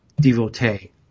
devotee